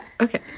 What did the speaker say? okay